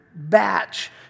batch